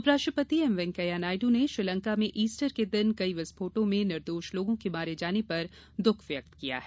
उपराष्ट्रपति एम वैंकैया नायड् ने श्रीलंका में इस्टर के दिन कई विस्फोटों में निर्दोष लोगों के मारे जाने पर दुःख व्यक्त किया है